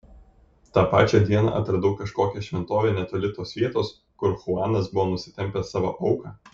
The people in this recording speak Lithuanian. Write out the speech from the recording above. tą pačią dieną atradau kažkokią šventovę netoli tos vietos kur chuanas buvo nusitempęs savo auką